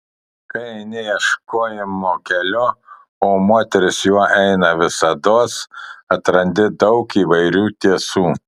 kai eini ieškojimo keliu o moteris juo eina visados atrandi daug įvairių tiesų